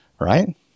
right